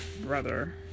brother